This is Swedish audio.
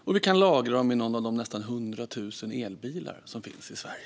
Vi kan också lagra el i någon av de nästan 100 000 elbilar som finns i Sverige.